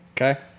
Okay